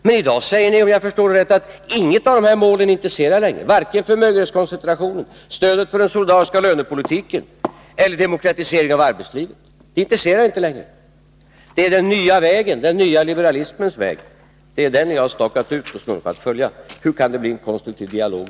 Meni dag säger ni, om jag förstår er rätt, att inget av dessa mål intresserar er, varken förmögenhetskoncentrationen, stödet till den solidariska lönepolitiken eller demokratiseringen av arbetslivet. Det är den nya liberalismens väg som ni har stakat ut och bestämt er för att följa. Hur skall det då kunna bli en konstruktiv dialog?